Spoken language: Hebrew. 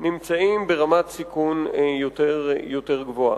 נמצאים ברמת סיכון יותר גבוהה.